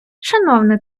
шановне